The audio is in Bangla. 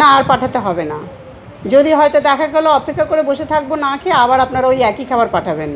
না আর পাঠাতে হবে না যদি হয়তো দেখা গেলো অপেক্ষা করে বসে থাকবো না খেয়ে আবার আপনারা ওই একই খাবার পাঠাবেন